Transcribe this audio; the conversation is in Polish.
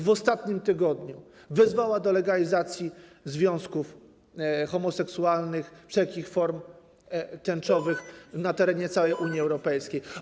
W ostatnim tygodniu wezwała do legalizacji związków homoseksualnych, wszelkich form tęczowych na terenie całej Unii Europejskiej.